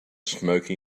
smoky